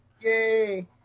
Yay